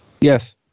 Yes